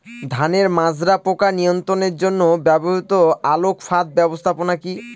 ধানের মাজরা পোকা নিয়ন্ত্রণের জন্য ব্যবহৃত আলোক ফাঁদ ব্যবস্থাপনা কি?